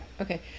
Okay